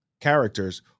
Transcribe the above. characters